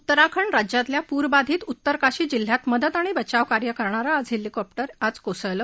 उत्तराखंड राज्यातल्या पूर बाधीत उत्तरकाशी जिल्ह्यांत मदत आणि बचाव कार्य करणारं एक हेलिकॉप्टर आज कोसळलं